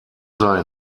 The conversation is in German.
sei